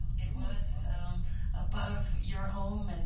it was above your home. and